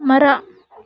ಮರ